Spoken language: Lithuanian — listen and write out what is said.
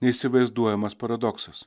neįsivaizduojamas paradoksas